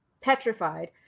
petrified